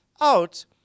out